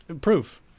Proof